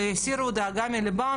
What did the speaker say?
שיסירו דאגה מליבם,